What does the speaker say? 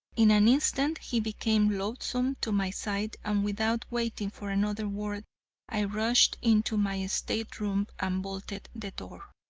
in an instant he became loathsome to my sight, and without waiting for another word i rushed into my state-room and bolted the door.